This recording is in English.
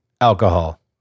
Alcohol